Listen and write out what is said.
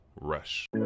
Rush